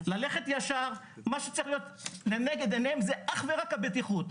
ללכת ישר ומה שצריך להיות לנגד עיניהם זה אך ורק הבטיחות.